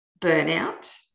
burnout